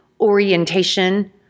orientation